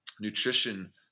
nutrition